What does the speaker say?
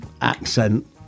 accent